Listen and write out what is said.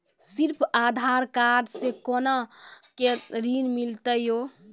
सिर्फ आधार कार्ड से कोना के ऋण मिलते यो?